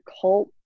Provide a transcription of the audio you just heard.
cult